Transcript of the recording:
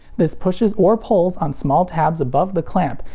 this pushes or pulls on small tabs above the clamp,